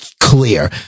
clear